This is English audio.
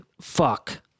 fuck